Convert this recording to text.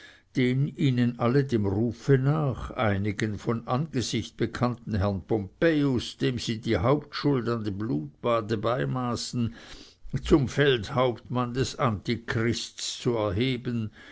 den ihnen allen dem rufe nach einigen von angesicht bekannten herrn pompejus dem sie die hauptschuld an dem blutbade beimaßen zum feldhauptmann des antichrists zu erheben